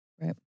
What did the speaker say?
Right